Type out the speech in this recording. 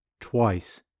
Twice